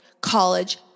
college